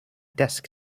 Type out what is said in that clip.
desk